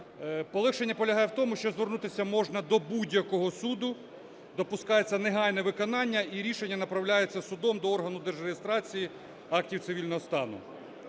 Полегшення полягає в тому, що звернутися можна до будь-якого суду, допускається негайне виконання і рішення направляється судом до органу держреєстрації актів цивільного стану.